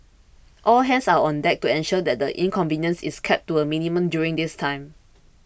all hands are on deck to ensure that the inconvenience is kept to a minimum during this time